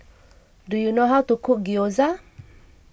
do you know how to cook Gyoza